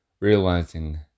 Realizing